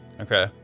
Okay